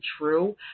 true